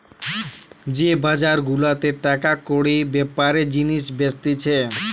যে বাজার গুলাতে টাকা কড়ির বেপারে জিনিস বেচতিছে